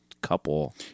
couple